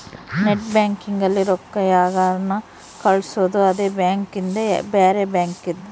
net banking ಅಲ್ಲಿ ರೊಕ್ಕ ಯಾರ್ಗನ ಕಳ್ಸೊದು ಅದೆ ಬ್ಯಾಂಕಿಂದ್ ಇಲ್ಲ ಬ್ಯಾರೆ ಬ್ಯಾಂಕಿಂದ್